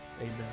amen